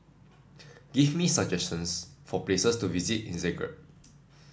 give me some suggestions for places to visit in Zagreb